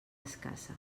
escassa